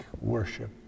worship